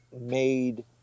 made